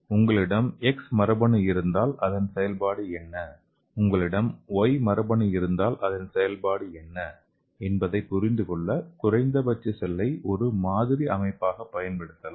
உங்களிடம் 'எக்ஸ்' மரபணு இருந்தால் அதன் செயல்பாடு என்ன உங்களிடம் 'ஒய்' மரபணு இருந்தால் அதன் செயல்பாடு என்ன என்பதைப் புரிந்துகொள்ள குறைந்தபட்ச செல்லை ஒரு மாதிரி அமைப்பாகப் பயன்படுத்தலாம்